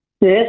Yes